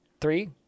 three